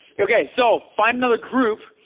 okay, so find another group,